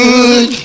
Good